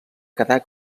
quedar